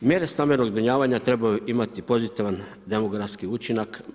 Mjere stambenog zbrinjavanja trebaju imati pozitivan demografski učinak.